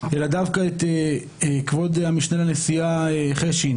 אלא דווקא את כבוד המשנה לנשיא חשין